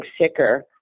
sicker